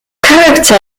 character